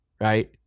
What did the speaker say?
right